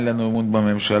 אין לנו אמון בממשלה,